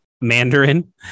Mandarin